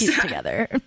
together